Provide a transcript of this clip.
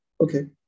Okay